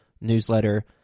newsletter